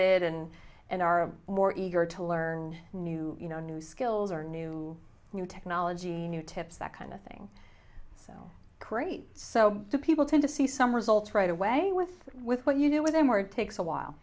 it and and are more eager to learn new you know new skills or new new technology new tips that kind of thing so great so people tend to see some results right away with with what you do with them where it takes a while